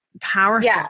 Powerful